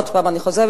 עוד פעם אני חוזרת,